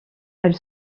elle